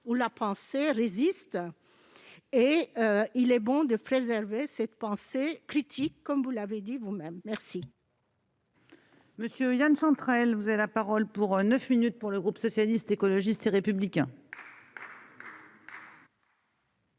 où la pensée résiste et il est bon de préserver cette pensée critique comme vous l'avez dit vous-même, merci. Monsieur, il y a une centrale, vous avez la parole pour 9 minutes pour le groupe socialiste, écologiste et républicain.